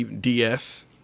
ds